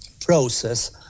process